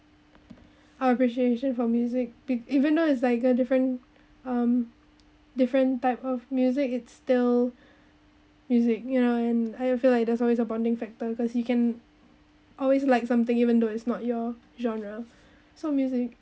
our appreciation for music be even though is like a different um different type of music it's still music you know and I feel like there's always a bonding factor because you can always like something even though it's not your genre so music